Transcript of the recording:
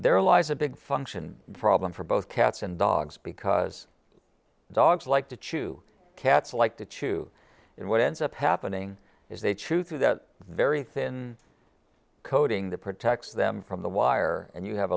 there lies a big function problem for both cats and dogs because dogs like to chew cats like to chew and what ends up happening is they chew through that very thin coating that protects them from the wire and you have